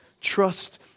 trust